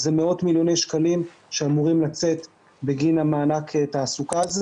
זה מאות מיליוני שקלים שאמורים לצאת בגין מענק התעסוקה הזה